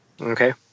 Okay